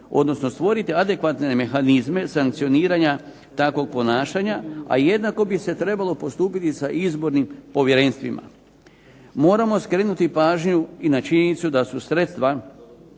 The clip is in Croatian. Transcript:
odnosno stvoriti adekvatne mehanizme sankcioniranja takvog ponašanja, a jednako bi se trebalo postupiti sa izbornim povjerenstvima. Moramo skrenuti pažnju i na činjenicu da su sredstva